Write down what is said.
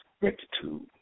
rectitude